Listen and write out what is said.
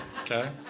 Okay